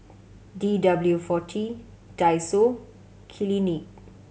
D W forty Daiso Clinique